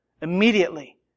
immediately